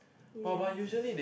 yes